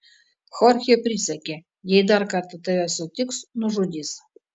chorchė prisiekė jei dar kada tave sutiks nužudys